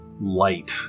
light